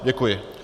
Děkuji.